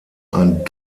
ein